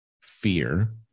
fear